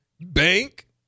Bank